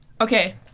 okay